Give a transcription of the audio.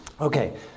Okay